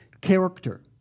character